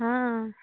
ହୁଁ